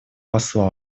посла